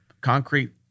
concrete